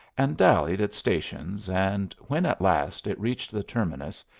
and dallied at stations, and when, at last, it reached the terminus,